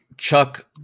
Chuck